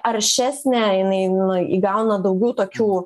aršesnė jinai nu įgauna daugiau tokių